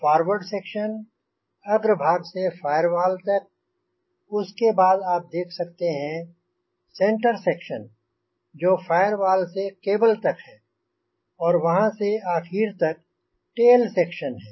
forward section अग्रभाग से firewall तक है उसके बाद आप देख सकते हैं सेंटर सेक्शन जो फ़ाइअर्वॉल से केबल तक है और वहाँ से आख़िर तक टेल सेक्शन है